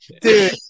Dude